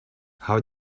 how